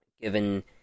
given